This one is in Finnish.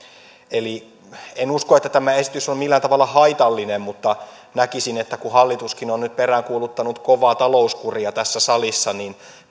en usko että tämä esitys on millään tavalla haitallinen mutta näkisin että kun hallituskin on nyt peräänkuuluttanut kovaa talouskuria tässä salissa niin